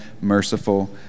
merciful